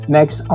Next